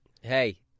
Hey